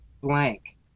blank